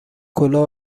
کلاه